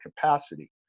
capacity